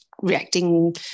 reacting